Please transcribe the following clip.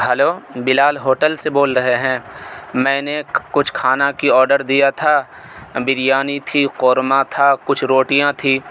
hello Bilal hotel سے بول رہے ہیں میں نے کچھ کھانا کی آڈر دیا تھا بریانی تھی قورمہ تھا کچھ روٹیاں تھی